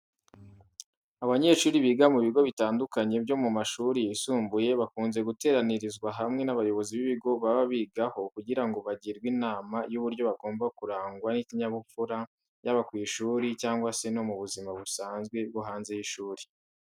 Abanyeshuri biga mu bigo bitandukanye byo mu mashuri yisumbuye, bakunze guteranyirizwa hamwe n'abayobozi b'ibigo baba bigaho kugira ngo bagirwe inama y'uburyo bagomba kurangwa n'ikinyabupfura yaba ku ishuri cyangwa se no mu buzima busanzwe bwo hanze y'ishuri.